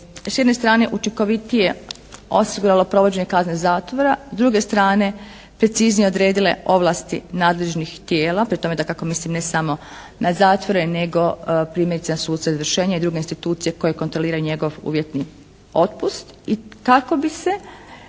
s jedne strane učinkovitije osiguralo provođenje kazne zatvora, s druge strane preciznije odredile ovlasti nadležnih tijela, pri tome dakako mislim ne samo na zatvore nego primjerice na suce izvršenje i druge institucije koje kontroliraju njegov uvjetni otpust